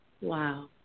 Wow